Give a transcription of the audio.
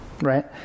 Right